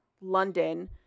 London